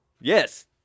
yes